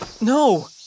No